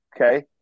Okay